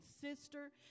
sister